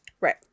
Right